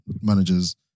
managers